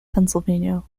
pennsylvania